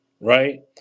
right